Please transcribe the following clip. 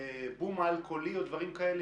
בום על-קולי או דברים כאלה,